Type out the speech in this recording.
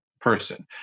person